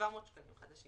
700 שקלים חדשים,